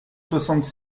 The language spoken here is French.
soixante